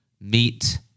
Meet